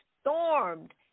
stormed